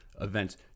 events